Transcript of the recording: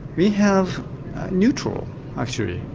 we have neutral actually.